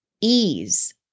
ease